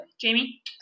Jamie